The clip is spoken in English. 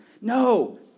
No